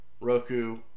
Roku